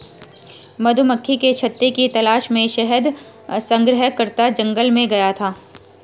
मधुमक्खी के छत्ते की तलाश में शहद संग्रहकर्ता जंगल में गया था